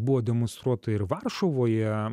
buvo demonstruota ir varšuvoje